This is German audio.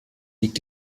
liegt